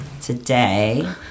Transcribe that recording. today